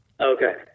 Okay